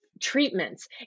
treatments